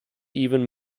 even